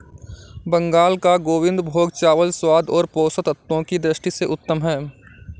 बंगाल का गोविंदभोग चावल स्वाद और पोषक तत्वों की दृष्टि से उत्तम है